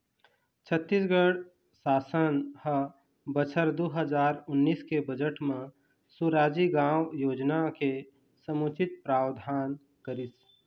छत्तीसगढ़ सासन ह बछर दू हजार उन्नीस के बजट म सुराजी गाँव योजना के समुचित प्रावधान करिस